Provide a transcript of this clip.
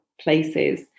places